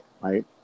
right